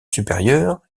supérieures